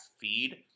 feed